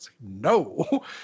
no